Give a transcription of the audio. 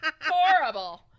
Horrible